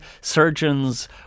surgeons